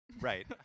Right